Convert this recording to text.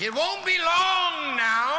it won't be long now